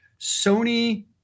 Sony